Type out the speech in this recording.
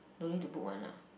don't need to book one lah